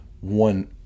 one